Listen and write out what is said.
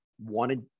wanted